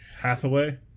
Hathaway